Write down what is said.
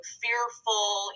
fearful